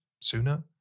Sooner